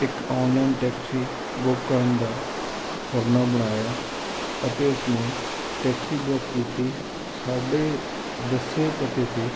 ਇੱਕ online taxi book ਕਰਨ ਦਾ ਫੁਰਨਾ ਬਣਾਇਆ ਅਤੇ ਉਸ ਨੇ ਟੈਕਸੀ ਬੁੱਕ ਕੀਤੀ ਸਾਡੇ ਦੱਸੇ ਪਤੇ 'ਤੇ